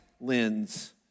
lens